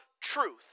truth